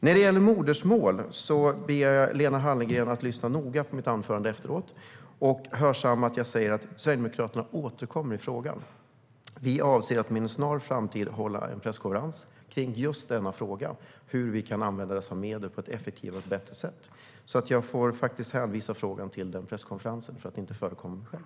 När det gäller modersmål ber jag Lena Hallengren att lyssna noga på mitt anförande i efterhand och hörsamma att jag säger att Sverigedemokraterna återkommer i frågan. Vi avser att inom en snar framtid hålla en presskonferens om just denna fråga och om hur vi kan använda dessa medel på ett effektivare och bättre sätt. Jag får alltså faktiskt hänvisa frågan till presskonferensen för att inte förekomma mig själv.